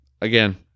Again